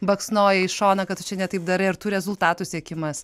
baksnoja į šoną kad tu čia ne taip darai ar tų rezultatų siekimas